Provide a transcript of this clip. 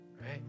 right